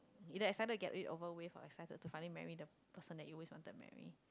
either excited to get it over with or excited to finally marry the person that you always wanted to marry